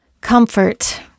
Comfort